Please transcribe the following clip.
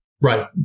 Right